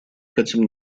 хотим